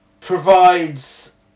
provides